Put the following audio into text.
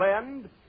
blend